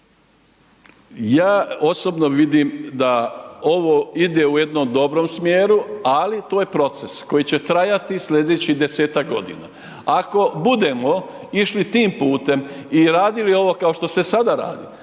Ja osobno vidim da ovo ide u jednom dobrom smjeru ali to je proces koji će trajati sljedećih desetak godina. Ako budemo išli tim putem i radili ovo kao što se sada radi,